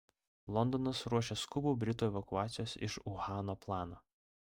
londonas ruošia skubų britų evakuacijos iš uhano planą